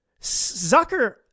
Zucker